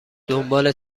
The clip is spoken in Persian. دنبال